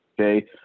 okay